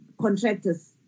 contractors